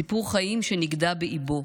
סיפור חיים שנגדע באיבו,